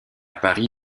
paris